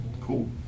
cool